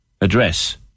address